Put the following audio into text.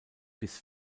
bis